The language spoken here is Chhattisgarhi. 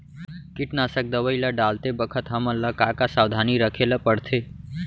कीटनाशक दवई ल डालते बखत हमन ल का का सावधानी रखें ल पड़थे?